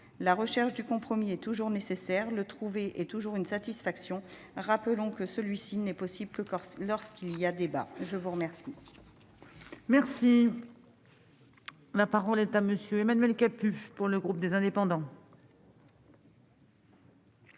La recherche du compromis est toujours nécessaire. Le trouver est toujours une satisfaction. Rappelons qu'il n'est possible que lorsqu'il y a débat ! La parole est à M. Emmanuel Capus, pour le groupe Les Indépendants